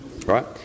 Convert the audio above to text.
Right